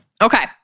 Okay